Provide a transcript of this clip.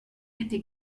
était